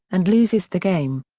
and loses the game.